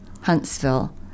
Huntsville